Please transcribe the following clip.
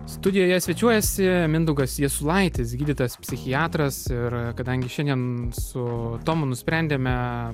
studijoje svečiuojasi mindaugas jasulaitis gydytojas psichiatras ir kadangi šiandien su tomu nusprendėme